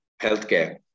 healthcare